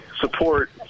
support